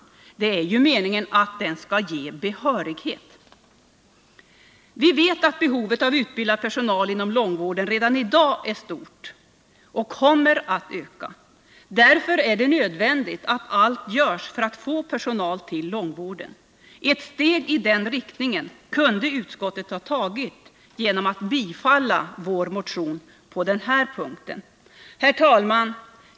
Det är ju meningen att den skall ge behörighet. Vi vet att behovet av utbildad personal inom långvården redan i dag är stort och kommer att öka. Därför är det nödvändigt att allt görs för att få personal till långvården. Ett steg i den riktningen kunde utskottet ha tagit genom att bifalla vår motion på denna punkt. Herr talman!